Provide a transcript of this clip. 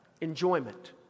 Enjoyment